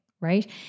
right